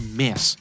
miss